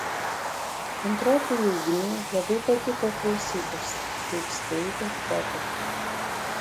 antrokui ugniui labai patiko klausytis kaip skaitė pepė